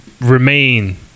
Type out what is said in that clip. remain